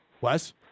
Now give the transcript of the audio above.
Wes